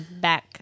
back